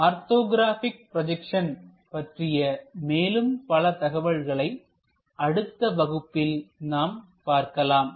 orthographic projection பற்றிய மேலும் பல தகவல்களை அடுத்த வகுப்பில் நாம் பார்க்கலாம்